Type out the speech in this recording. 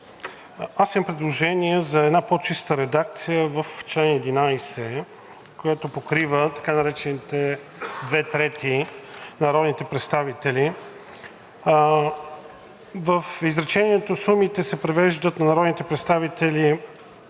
имам предложение за една по-чиста редакция в чл. 11, която покрива така наречените „две трети“ на народните представители. В изречението „сумите се превеждат на народните представители